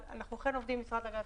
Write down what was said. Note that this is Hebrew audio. אבל אנחנו אכן עובדים עם המשרד להגנת